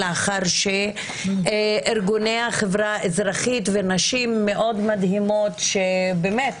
לאחר שארגוני החברה האזרחית ונשים מאוד מדהימות שבאמת,